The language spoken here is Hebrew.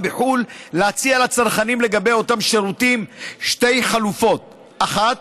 בחו"ל להציע לצרכני אותם שירותים שתי חלופות: האחת,